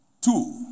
Two